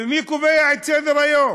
ומי קובע את סדר-היום?